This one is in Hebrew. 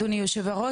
אדוני היו"ר,